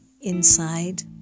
inside